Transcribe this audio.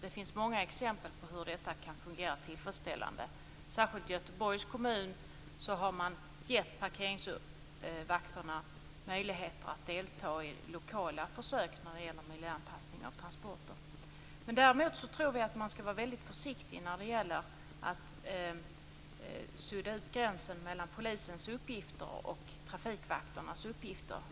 Det finns många exempel på hur detta kan fungera tillfredsställande. Särskilt i Göteborgs kommun har man gett parkeringsvakterna möjligheter att delta i lokala försök när det gäller miljöanpassning av transporter. Däremot tror vi att man skall vara mycket försiktig när det gäller att sudda ut gränsen mellan polisens uppgifter och trafikvakternas uppgifter.